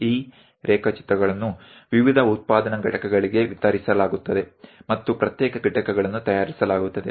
આ ડ્રોઇંગ્સ રેખાંકનો વિવિધ ઉત્પાદક એકમોમાં વહેંચવામાં આવે છે અને અલગ અલગ ભાગ ઘટક બનાવવામાં આવે છે